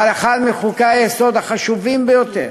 אבל אחד מחוקי-היסוד החשובים ביותר,